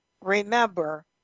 Remember